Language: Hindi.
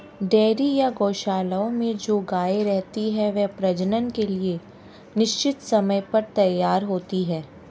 डेयरी या गोशालाओं में जो गायें रहती हैं, वे प्रजनन के लिए निश्चित समय पर तैयार होती हैं